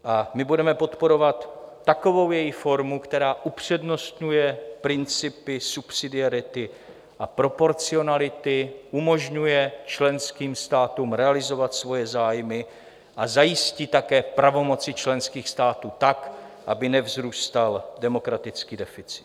A my budeme podporovat takovou její formu, která upřednostňuje principy subsidiarity a proporcionality, umožňuje členským státům realizovat svoje zájmy a zajistí také pravomoci členských států tak, aby nevzrůstal demokratický deficit.